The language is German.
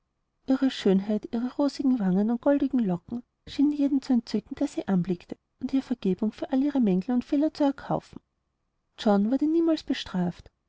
ihre schönheit ihre rosigen wangen und goldigen locken schienen jeden zu entzücken der sie anblickte und ihr vergebung für all ihre mängel und fehler zu erkaufen john wurde niemals bestraft